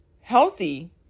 healthy